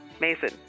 Mason